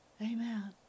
Amen